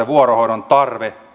vuorohoidon tarve